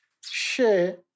share